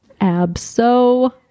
Abso-